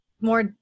more